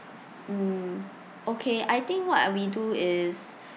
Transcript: mm okay I think what we do is